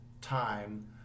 time